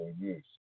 use